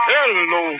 Hello